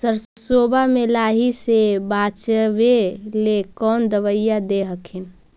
सरसोबा मे लाहि से बाचबे ले कौन दबइया दे हखिन?